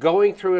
going through